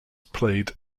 played